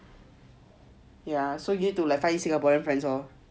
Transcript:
ya so you need to like find singaporean friends lor